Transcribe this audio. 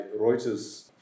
Reuters